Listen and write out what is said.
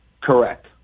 Correct